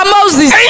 Moses